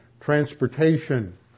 transportation